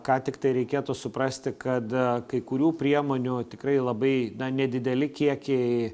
ką tiktai reikėtų suprasti kada kai kurių priemonių tikrai labai nedideli kiekiai